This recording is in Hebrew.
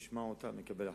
אני אשמע אותם, ואקבל החלטה.